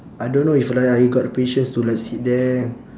I don't know if like I got the patience to like sit there